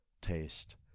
taste